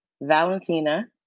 Valentina